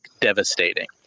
devastating